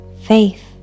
faith